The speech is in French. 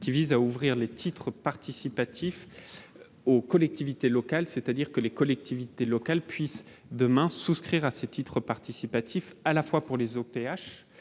qui vise à ouvrir les titres participatifs aux collectivités locales, c'est à dire que les collectivités locales puissent demain souscrire à ces titres participatifs à la fois pour les OPH